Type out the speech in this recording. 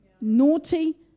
Naughty